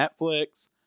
Netflix